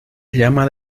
llama